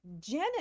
Jenna